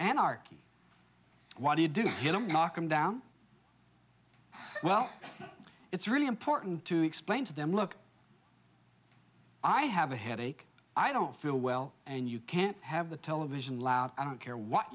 anarky what do you do you don't knock them down well it's really important to explain to them look i have a headache i don't feel well and you can't have the television loud i don't care what